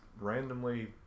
randomly